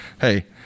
Hey